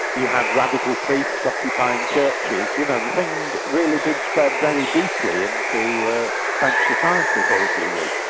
you had radical priests occupying churches, you know the thing really did spread very deeply into french society for a few weeks.